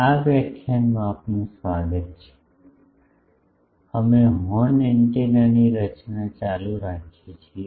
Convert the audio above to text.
આ વ્યાખ્યાનમાં આપનું સ્વાગત છે અમે હોર્ન એન્ટેનાની રચના ચાલુ રાખીએ છીએ